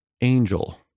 angel